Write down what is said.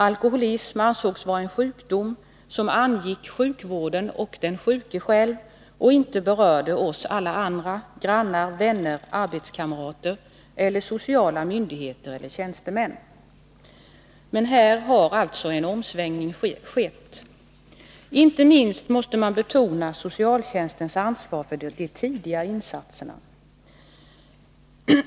Alkoholism ansågs vara en sjukdom som angick sjukvården och den sjuke själv. Den berörde inte oss andra, dvs. grannar, vänner, arbetskamrater eller sociala myndigheter och tjänstemän. Här har således en omsvängning skett. Inte minst måste man betona socialtjänstens ansvar när det gäller de tidiga insatserna.